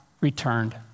returned